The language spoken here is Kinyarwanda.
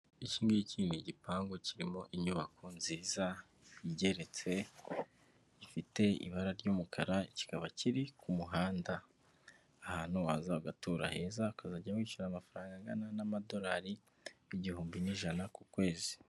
Ikingiki ni igipangu kirimo inyubako nziza igeretse gifite ibara ry'umukara, kikaba kiri ku muhanda ahantu waza ugatura heza ukazajya wishyura amafaranga angana n'amadorari igihumbi n'ijana ku kwezi.